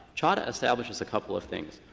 chadha establishes a couple of things.